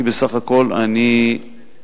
כי בסך הכול אני בוודאי,